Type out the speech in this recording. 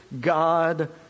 God